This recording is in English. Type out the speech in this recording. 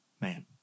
man